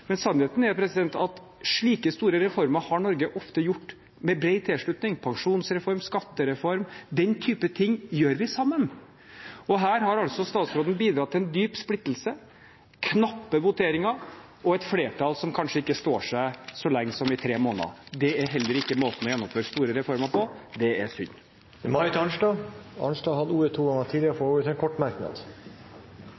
Men sannheten er at slike store reformer har Norge ofte gjort med bred tilslutning. Pensjonsreform, skattereform, den type ting gjør vi sammen. Her har altså statsråden bidratt til en dyp splittelse, knappe voteringer og et flertall som kanskje ikke står seg så lenge som tre måneder. Det er heller ikke måten å gjennomføre store reformer på. Det er synd. Representanten Marit Arnstad har hatt ordet to ganger tidligere og